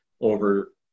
over